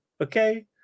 okay